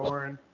doran.